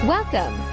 Welcome